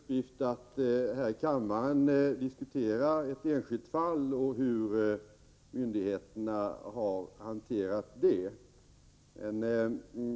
Herr talman! Det är inte min uppgift att här i kammaren diskutera ett enskilt fall och hur myndigheterna har hanterat detta.